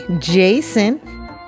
Jason